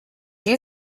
you